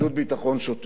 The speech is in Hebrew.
גדוד ביטחון שוטף.